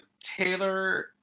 taylor